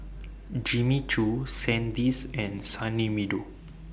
Jimmy Choo Sandisk and Sunny Meadow